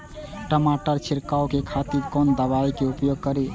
टमाटर छीरकाउ के खातिर कोन दवाई के उपयोग करी?